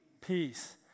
peace